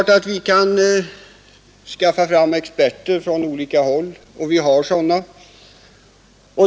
Vi kan givetvis skaffa fram experter från olika håll — och vi har sådana.